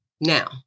now